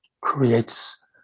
creates